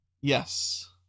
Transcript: Yes